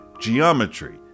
geometry